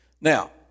Now